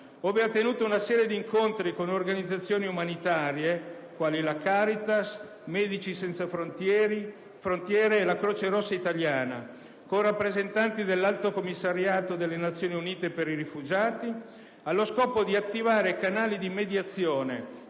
ove è avvenuta una serie di incontri con organizzazioni umanitarie, quali la Caritas, Medici senza frontiere e la Croce rossa italiana, con rappresentanti dell'Alto Commissariato delle Nazioni Unite per i rifugiati, allo scopo di attivare canali di mediazione